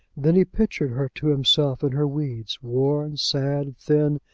then he pictured her to himself in her weeds, worn, sad, thin,